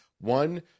one